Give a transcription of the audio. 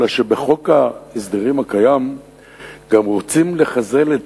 אלא שבחוק ההסדרים הקיים גם רוצים לחסל את